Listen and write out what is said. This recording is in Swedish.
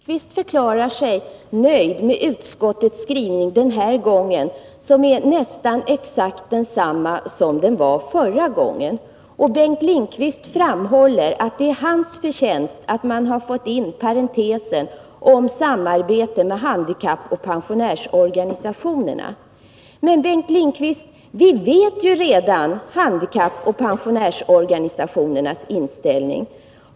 Fru talman! Bengt Lindqvist förklarade sig nöjd med utskottets skrivning den här gången, en skrivning som är nästan exakt densamma som förra gången. Bengt Lindqvist framhåller att det är hans förtjänst att man har fått in parentesen om samarbete med handikappoch pensionärsorganisationerna. Men, Bengt Lindqvist, vi vet ju redan vad handikappoch pensionärsorganisationerna har för inställning.